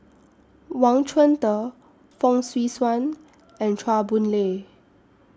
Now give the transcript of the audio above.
Wang Chunde Fong Swee Suan and Chua Boon Lay